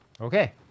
Okay